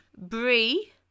Brie